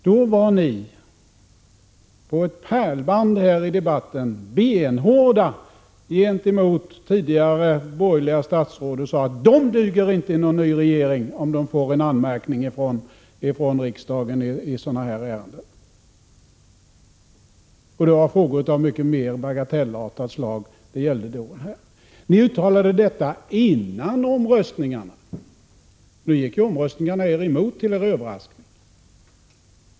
Då var ni — och det var ett pärlband av sådana inlägg i debattenbenhårda gentemot tidigare borgerliga statsråd och sade: De duger inte i någon ny regering om de får en anmärkning av riksdagen i sådana här ärenden. Det gällde frågor av mycket mer bagatellartat slag än de frågor vi nu diskuterar. Ni uttalade detta före omröstningarna — de gick ju er emot, till er överraskning.